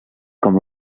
com